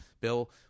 bill